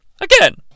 again